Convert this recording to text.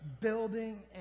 building